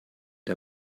der